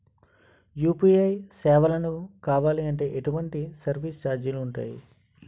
UPI సేవలను కావాలి అంటే ఎటువంటి సర్విస్ ఛార్జీలు ఉంటాయి?